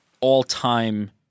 all-time